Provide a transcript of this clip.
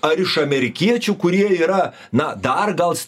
ar iš amerikiečių kurie yra na dar gal